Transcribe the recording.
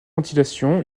ventilation